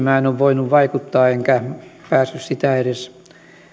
minä en ole voinut vaikuttaa enkä päässyt sitä edes